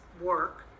work